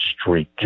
street